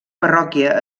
parròquia